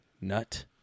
nut